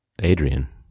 Adrian